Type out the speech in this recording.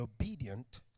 obedient